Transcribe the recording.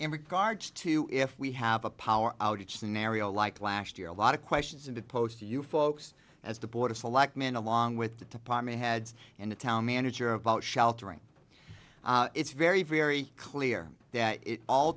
in regards to if we have a power outage scenario like last year a lot of questions and it posed to you folks as the board of selectmen along with the department heads in the town manager about sheltering it's very very clear that it all